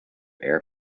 air